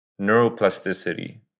neuroplasticity